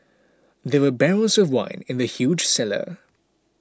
there were barrels of wine in the huge cellar